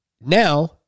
Now